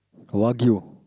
wagyu